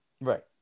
Right